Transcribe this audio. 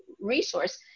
resource